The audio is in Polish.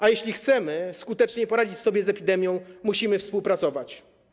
A jeśli chcemy skutecznie poradzić sobie z epidemią, musimy współpracować.